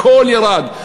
הכול ירד.